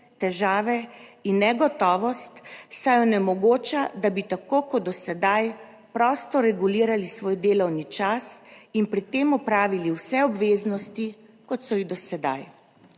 težave in negotovost, saj onemogoča, da bi, tako kot do sedaj, prosto regulirali svoj delovni čas in pri tem opravili vse obveznosti, kot so jih do sedaj.